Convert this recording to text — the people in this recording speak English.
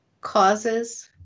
causes